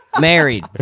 Married